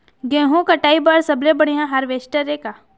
गेहूं कटाई बर सबले बढ़िया हारवेस्टर का ये?